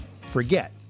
forget